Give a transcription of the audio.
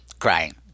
crying